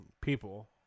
people